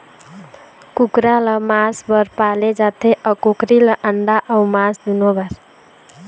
कुकरा ल मांस बर पाले जाथे अउ कुकरी ल अंडा अउ मांस दुनो बर